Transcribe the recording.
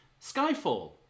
Skyfall